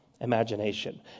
imagination